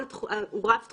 הוא רב תחומי,